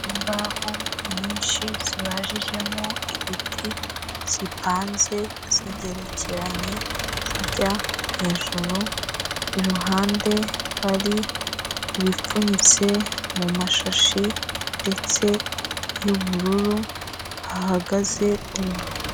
Imbaho nyinshi zibajijemo ibiti zipanze zigerekeranye zijya hejuru iruhande hari ibipfunyitse mumashashi ndetse y'ubururu hagazeru.